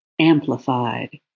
amplified